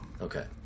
Okay